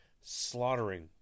slaughtering